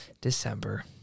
December